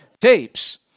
Tapes